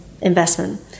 investment